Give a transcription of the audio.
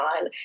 on